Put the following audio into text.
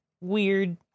weird